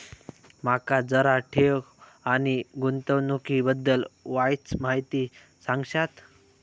माका जरा ठेव आणि गुंतवणूकी बद्दल वायचं माहिती सांगशात?